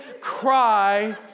cry